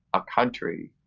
a country.